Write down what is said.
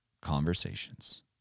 conversations